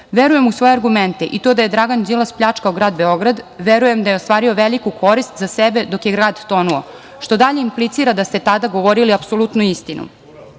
verujem u svoje argumente i to da je Dragan Đilas pljačkao grad Beograd, verujem da je ostvario veliku korist za sebe dok je grad tonuo, što dalje implicira da ste tada govorili apsolutno istinu.Sećamo